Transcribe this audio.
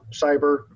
cyber